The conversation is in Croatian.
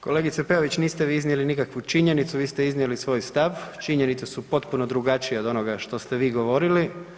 Kolegice Peović, niste vi iznijeli nikakvu činjenicu, vi ste iznijeli svoj stav, činjenice su potpuno drugačije što ste vi govorili.